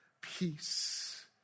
peace